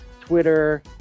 twitter